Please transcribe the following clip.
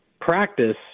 practice